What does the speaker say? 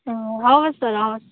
अँ हवस् सर हवस्